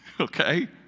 okay